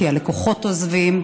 כי הלקוחות עוזבים.